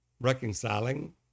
reconciling